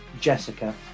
Jessica